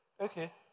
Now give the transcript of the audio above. Okay